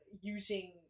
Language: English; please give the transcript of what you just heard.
using